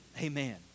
Amen